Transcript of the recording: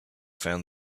found